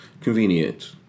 convenient